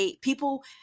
people